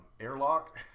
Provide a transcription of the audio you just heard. airlock